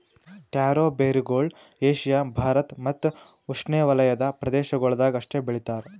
taro ಬೇರುಗೊಳ್ Asia Bharat ಮತ್ತ್ ಉಷ್ಣೆವಲಯದ ಪ್ರದೇಶಗೊಳ್ದಾಗ್ ಅಷ್ಟೆ ಬೆಳಿತಾರ್